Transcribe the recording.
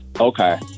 Okay